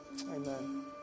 Amen